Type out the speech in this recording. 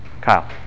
Kyle